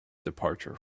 departure